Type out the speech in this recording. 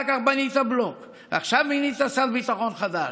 אחר כך בנית בלוק, ועכשיו מינית שר ביטחון חדש,